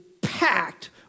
packed